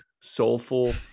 soulful